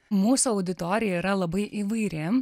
mūsų auditorija yra labai įvairi